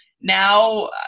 Now